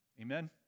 Amen